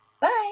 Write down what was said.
Bye